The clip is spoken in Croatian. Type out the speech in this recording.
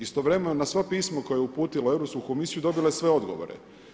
Istovremeno na sva pisma koja je uputila u Europsku komisiju dobila je sve odgovore.